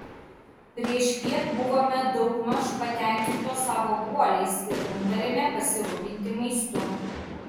priešpiet buvome daugmaž patenkintos savo guoliais ir nutarėme pasirūpinti maistu